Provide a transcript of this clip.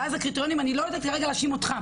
ואז, הקריטריונים, אני לא יודעת כרגע להאשים אותך.